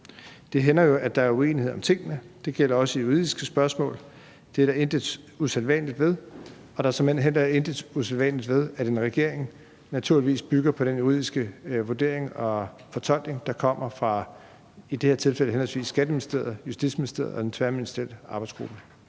Det hænder jo, at der er uenighed om tingene, det gælder også i juridiske spørgsmål, det er der intet usædvanligt ved, og der er såmænd heller intet usædvanligt ved, at en regering naturligvis bygger på den juridiske vurdering og fortolkning, der kommer fra i dette tilfælde henholdsvis Skatteministeriet, Justitsministeriet og en tværministeriel arbejdsgruppe.